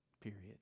Period